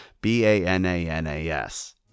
B-A-N-A-N-A-S